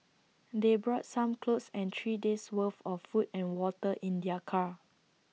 they brought some clothes and three days' worth of food and water in their car